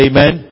Amen